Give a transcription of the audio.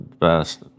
best